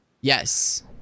Yes